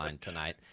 tonight